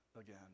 again